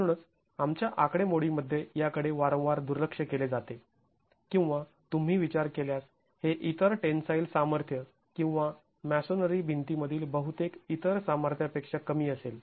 म्हणूनच आमच्या आकडेमोडीमध्ये याकडे वारंवार दुर्लक्ष केले जाते किंवा तुम्ही विचार केल्यास हे इतर टेन्साईल सामर्थ्य किंवा मॅसोनरी भिंतीमधील बहुतेक इतर सामर्थ्यापेक्षा कमी असेल